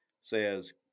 says